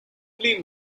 only